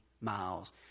miles